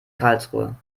karlsruhe